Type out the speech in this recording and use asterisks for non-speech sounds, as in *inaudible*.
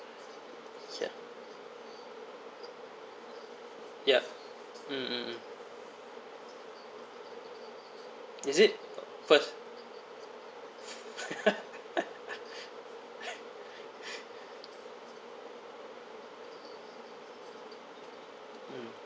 ya ya mm mm mm is it first *laughs* mm